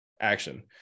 action